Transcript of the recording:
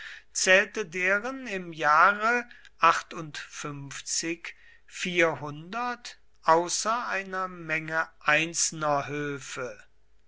zählte deren im jahre vierhundert außer einer menge einzelner